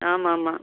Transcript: ஆமாம் ஆமாம்